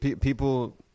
People